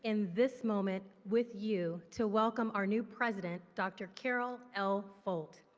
in this moment with you to welcome our new president, dr. carol l. folt.